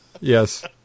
Yes